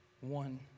one